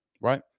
Right